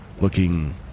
looking